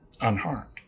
unharmed